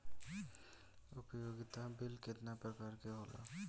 उपयोगिता बिल केतना प्रकार के होला?